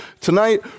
Tonight